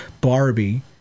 Barbie